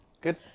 Good